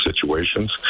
situations